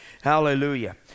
hallelujah